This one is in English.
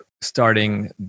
starting